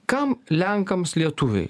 kam lenkams lietuviai